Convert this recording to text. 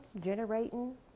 generating